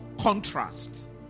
contrast